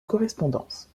correspondances